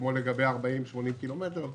כמו לגבי 40 ו-80 קילומטר,